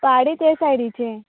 पाडी तें सायडीची